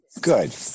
Good